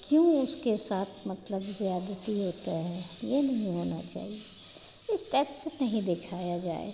क्यों उसके साथ मतलब ज़्यादती होती है यह नहीं होना चाहिए इस टाइप से नहीं दिखाया जाए